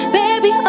baby